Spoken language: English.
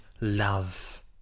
love